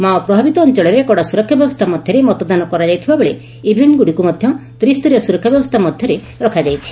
Mao ପ୍ରଭାବିତ ଅଞ୍ଞଳରେ କଡ଼ା ସୁରକ୍ଷା ବ୍ୟବସ୍କା ମଧ୍ଧରେ ମତଦାନ କରାଯାଇଥିବାବେଳେ ଇଭିଏମ୍ଗୁଡ଼ିକୁ ମଧ ତ୍ରିସ୍ତରୀୟ ସୁରକ୍ଷା ବ୍ୟବସ୍ତା ମଧ୍ଧରେ ରଖାଯାଇଛି